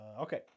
okay